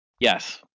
Yes